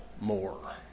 more